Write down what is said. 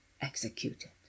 executed